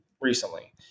recently